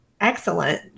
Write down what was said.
excellent